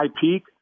peak